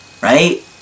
right